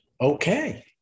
Okay